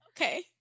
Okay